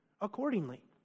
accordingly